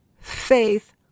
faith